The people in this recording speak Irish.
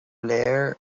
léir